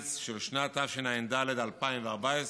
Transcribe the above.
בקיץ של שנת תשע"ד, 2014,